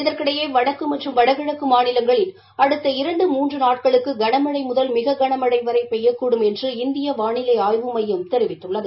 இதற்கிடையே வடக்கு மற்றம் வடகிழக்கு மாநிலங்களில் அடுத்த இரண்டு மூன்று நாட்களுக்க கனமழை முதல் மிக கனமழை வரை பெய்யக்கூடும் என்று இந்திய வானிலை ஆய்வு மையம் தெரிவித்துள்ளது